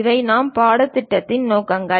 இவை நமது பாடத்தின் நோக்கங்கள்